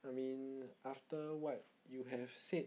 I mean after what you have said